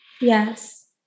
Yes